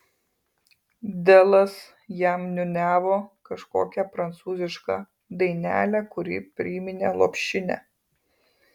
delas jam niūniavo kažkokią prancūzišką dainelę kuri priminė lopšinę